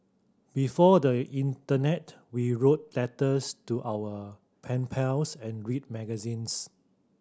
before the internet we wrote letters to our pen pals and read magazines